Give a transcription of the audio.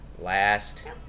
last